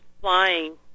flying